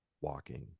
Walking